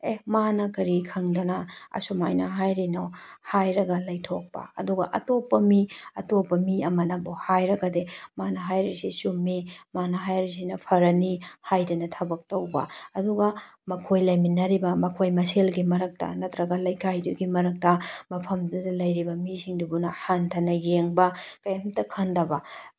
ꯑꯦ ꯃꯥꯅ ꯀꯔꯤ ꯈꯪꯗꯅ ꯑꯁꯨꯃꯥꯏꯅ ꯍꯥꯏꯔꯤꯅꯣ ꯍꯥꯏꯔꯒ ꯂꯩꯊꯣꯛꯄ ꯑꯗꯨꯒ ꯑꯇꯣꯞꯄ ꯃꯤ ꯑꯇꯣꯞꯄ ꯃꯤ ꯑꯃꯅꯕꯨ ꯍꯥꯏꯔꯒꯗꯤ ꯃꯥꯅ ꯍꯥꯏꯔꯤꯁꯤ ꯆꯨꯝꯃꯤ ꯃꯥꯅ ꯍꯥꯏꯔꯤꯁꯤꯅ ꯐꯔꯅꯤ ꯍꯥꯏꯗꯅ ꯊꯕꯛ ꯇꯧꯕ ꯑꯗꯨꯒ ꯃꯈꯣꯏ ꯂꯩꯃꯤꯟꯅꯔꯤꯕ ꯃꯈꯣꯏ ꯃꯁꯦꯜꯒꯤ ꯃꯔꯛꯇ ꯅꯠꯇ꯭ꯔꯒ ꯂꯩꯀꯥꯏꯗꯨꯒꯤ ꯃꯔꯛꯇ ꯃꯐꯝꯗꯨꯗ ꯂꯩꯔꯤꯕ ꯃꯤꯁꯤꯡꯗꯨꯕꯨꯅ ꯍꯟꯊꯅ ꯌꯦꯡꯕ ꯀꯩꯝꯇ ꯈꯟꯗꯕ